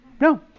No